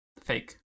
Fake